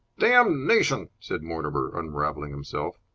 damnation! said mortimer, unravelling himself.